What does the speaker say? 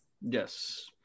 Yes